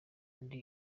ndi